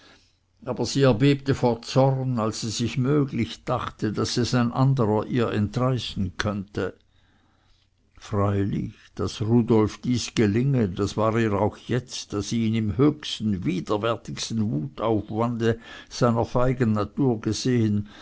aber sie erbebte vor zorn als sie sich es möglich dachte daß ein anderer es ihr entreißen könnte freilich daß rudolf dies gelinge das war ihr auch jetzt da sie ihn im höchsten widerwärtigsten wutaufwande seiner feigen natur gesehn